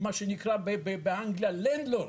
מה שנקרא באנגליה lands loan.